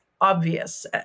obvious